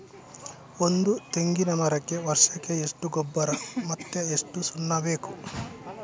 ಒಂದು ತೆಂಗಿನ ಮರಕ್ಕೆ ವರ್ಷಕ್ಕೆ ಎಷ್ಟು ಗೊಬ್ಬರ ಮತ್ತೆ ಎಷ್ಟು ಸುಣ್ಣ ಬೇಕು?